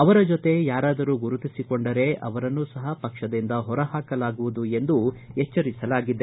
ಅವರ ಜೊತೆ ಯಾರಾದರೂ ಗುರುತಿಸಿಕೊಂಡರೆ ಅವರನ್ನೂ ಸಹ ಪಕ್ಷದಿಂದ ಹೊರ ಹಾಕಲಾಗುವುದು ಎಂದೂ ಎಚ್ಡರಿಸಲಾಗಿದೆ